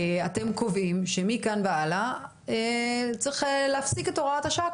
אתם קובעים שמכאן והלאה צריך להפסיק את הוראת השעה,